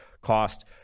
cost